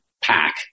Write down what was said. pack